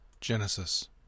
Genesis